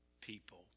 people